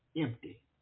empty